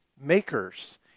Makers